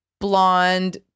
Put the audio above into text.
blonde